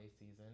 season